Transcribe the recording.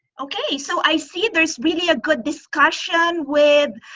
okay, so i see there's really a good discussion with